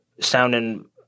sounding